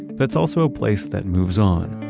but it's also a place that moves on.